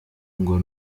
ngo